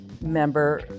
member